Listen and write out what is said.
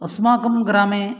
अस्माकं ग्रामे